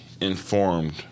informed